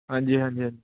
ਹਾਂਜੀ ਹਾਂਜੀ